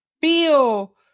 feel